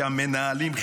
המנהלים,